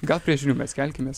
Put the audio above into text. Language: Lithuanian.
gal prie žinių mes kelkimės